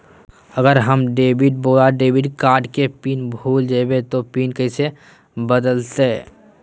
अगर हम क्रेडिट बोया डेबिट कॉर्ड के पिन भूल जइबे तो पिन कैसे बदलते?